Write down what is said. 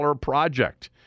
project